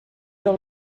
del